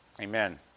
Amen